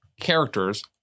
characters